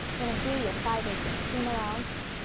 you know do your five eight ths inch seam allowance,